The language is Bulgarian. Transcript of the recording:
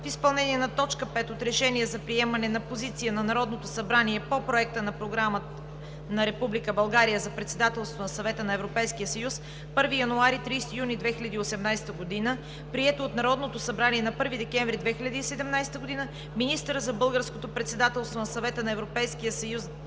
в изпълнение на т. 5 от Решение за приемане на позиция на Народното събрание по Проекта на програмата на Република България за Председателство на Съвета на Европейския съюз 1 януари – 30 юни 2018 г., приета от Народното събрание на 1 декември 2017 г., министърът за Българското председателство на Съвета на Европейския съюз